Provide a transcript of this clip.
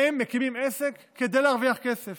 הם מקימים עסק כדי להרוויח כסף.